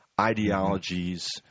ideologies